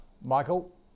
michael